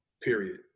period